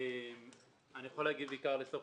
יכול להגיב בעיקר לסוף